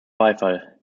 beifall